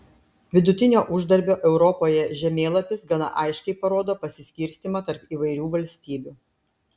vidutinio uždarbio europoje žemėlapis gana aiškiai parodo pasiskirstymą tarp įvairių valstybių